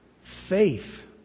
faith